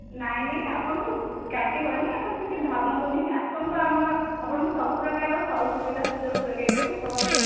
ନାଇଁ ନାଇଁ ଆପଣଙ୍କୁ କାଟିବନି ଆପଣ ସେମିତି ଭାବନ୍ତୁନି ଆସନ୍ତୁ ଆମ ଆପଣଙ୍କୁ ସବୁ ପ୍ରକାରର ସୁବିଧା ସୁଯୋଗ ଯୋଗାଇ ଦେବୁ ସହଯୋଗ